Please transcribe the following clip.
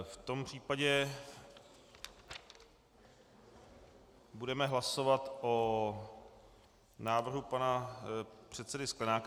V tom případě budeme hlasovat o návrhu pana předsedy Sklenáka.